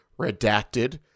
redacted